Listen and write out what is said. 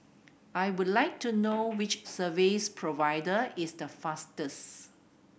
I would like to know which service provider is the fastest